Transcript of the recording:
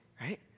right